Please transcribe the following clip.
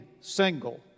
single